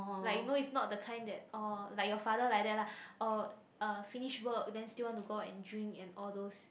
like you know is not the kind that orh like your father like that lah orh uh finish work then still want to go out and drink and all those